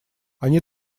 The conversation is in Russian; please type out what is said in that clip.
они